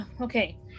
Okay